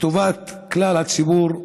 לטובת כלל הציבור בישראל.